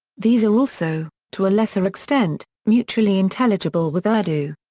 these are also, to a lesser extent, mutually intelligible with urdu.